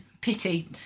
Pity